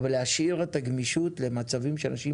אבל להשאיר את הגמישות למצבים שאנשים